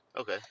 Okay